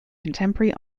contemporary